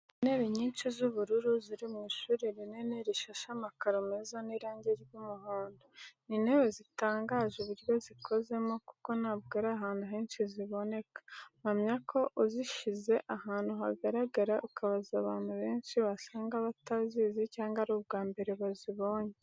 Intebe nyinshi z'ubururu ziri mu ishuri rinini rishashe amakaro meza n'irangi ry'umuhondo. Ni intebe zitangaje uburyo zikozemo kuko ntabwo ari ahantu henshi ziboneka mpamya ko uzishize ahantu hagaragara ukabaza abantu benshi wasanga batazizi cyangwa ari ubwambere bazibonye.